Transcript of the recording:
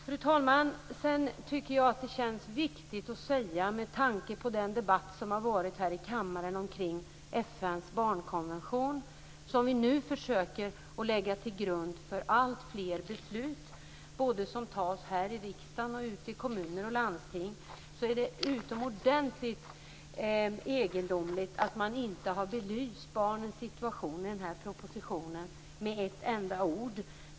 Fru talman! Jag tycker att det känns viktigt att säga - med tanke på den debatt som varit i kammaren omkring FN:s barnkonvention som vi försöker att lägga till grund för alltfler beslut i riksdagen och ute i kommuner och landsting - att det är utomordentligt egendomligt att man inte ha belyst barnens situation i denna proposition med ett enda ord.